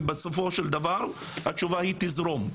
ובסופו של דבר התשובה תזרום.